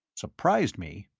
surprised me?